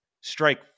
strike